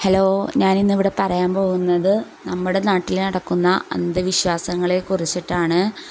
hello ഞാനിന്നിവിടെ പറയാൻ പോകുന്നത് നമ്മുടെ നാട്ടിൽ നടക്കുന്ന അന്ധവിശ്വാസങ്ങളെക്കുറിച്ചിട്ടാണ്